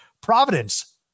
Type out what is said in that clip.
Providence